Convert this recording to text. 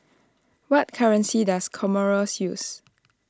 what currency does Comoros use